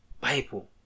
Bible